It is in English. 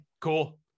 Cool